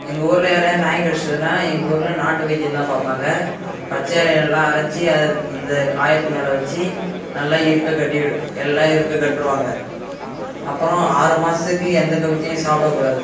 எங்கள் ஊரில் யாரையாவது நாய் கடிச்சுதுன்னா எங்கள் ஊரில் நாட்டு வைத்தியந்தான் பார்ப்பாங்க பச்சை இலை நல்லா அரைச்சு அதை அந்த காயத்து மேல் வச்சு நல்ல இருக்கக் கட்டி விடு நல்லா இருக்கக் கட்டிருவாங்க அப்புறோம் ஆறு மாதத்துக்கு எந்த கவிச்சியும் சாப்பிடக் கூடாது